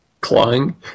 Clawing